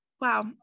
wow